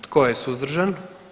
Tko je suzdržan?